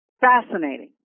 Fascinating